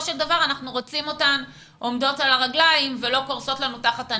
של דבר אנחנו רוצים אותן עומדות על הרגליים ולא קורסות תחת הנטל.